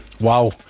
wow